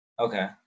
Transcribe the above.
Okay